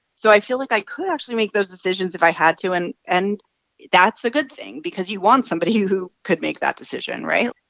so i feel like i could actually make those decisions if i had to, and and that's a good thing because you want somebody who could make that decision, right?